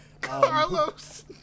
Carlos